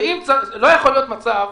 לא יכול להיות מצב,